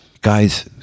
Guys